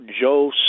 Joe